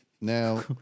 Now